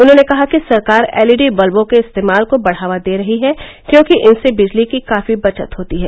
उन्होंने कहा कि सरकार एल ई डी बल्वों के इस्तेमाल को बढ़ावा दे रही है क्योंकि इनसे बिजली की काफी बचत होती है